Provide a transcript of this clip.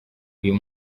uyu